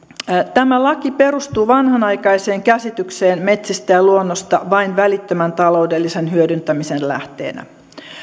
tämä laki perustuu vanhanaikaiseen käsitykseen metsistä ja luonnosta vain välittömän taloudellisen hyödyntämisen lähteenä